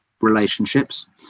relationships